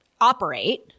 operate